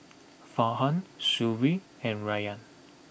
Farhan Shuib and Rayyan